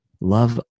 love